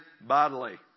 bodily